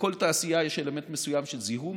בכל תעשייה יש אלמנט מסוים של זיהום.